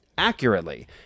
accurately